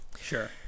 Sure